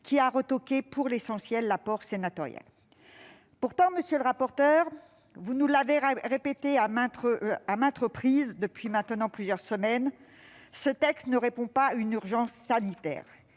a retoqué pour l'essentiel l'apport sénatorial. Pourtant, monsieur le rapporteur, vous nous avez répété à maintes reprises, depuis plusieurs semaines, que ce texte ne répondait pas à une urgence sanitaire